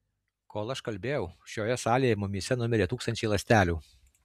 kol aš kalbėjau šioje salėje mumyse numirė tūkstančiai ląstelių